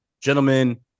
gentlemen